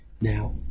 Now